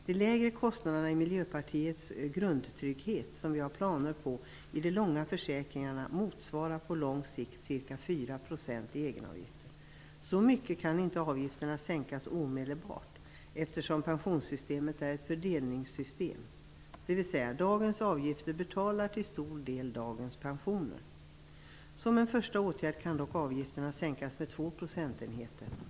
De lägre kostnaderna i Miljöpartiets grundtrygghet som vi har planer på i de långa försäkringarna motsvarar på lång sikt ca 4 % i egenavgifter. Så mycket kan inte avgifterna sänkas omedelbart, eftersom pensionssystemet är ett fördelningssystem, dvs. dagens avgifter betalar till stor del dagens pensioner. Som en första åtgärd kan dock avgifterna sänkas med 2 procentenheter.